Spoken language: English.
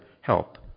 help